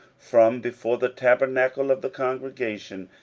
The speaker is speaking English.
from before the tabernacle of the congregation,